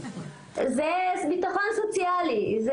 זה ביטחון סוציאלי.